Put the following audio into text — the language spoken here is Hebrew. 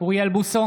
אוריאל בוסו,